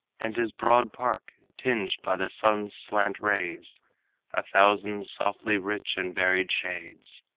and his broad park, tinged by the sun's slant rays a thousand softly rich and varied shades.